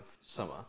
summer